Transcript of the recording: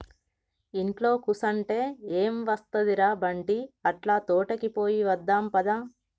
ఇంట్లో కుసంటే ఎం ఒస్తది ర బంటీ, అట్లా తోటకి పోయి వద్దాం పద